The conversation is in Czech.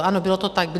Ano, bylo to tak.